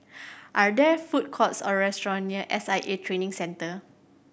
are there food courts or restaurants near S I A Training Centre